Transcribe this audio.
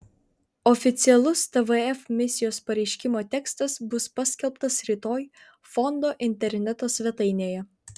oficialus tvf misijos pareiškimo tekstas bus paskelbtas rytoj fondo interneto svetainėje